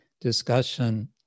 discussion